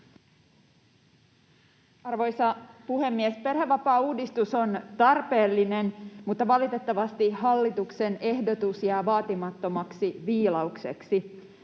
Arvoisa puhemies! Perhevapaauudistus on tarpeellinen, mutta valitettavasti hallituksen ehdotus jää vaatimattomaksi viilaukseksi.